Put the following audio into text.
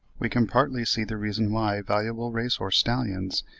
we can partly see the reason why valuable race-horse stallions,